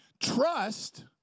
Trust